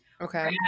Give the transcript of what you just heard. Okay